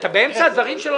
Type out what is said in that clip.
אתה נכנס באמצע הדברים שלו.